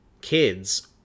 kids